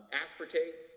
aspartate